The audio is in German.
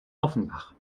offenbach